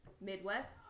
Midwest